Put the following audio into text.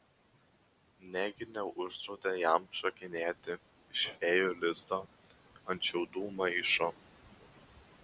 negi neuždraudė jam šokinėti iš fėjų lizdo ant šiaudų maišo